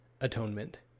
atonement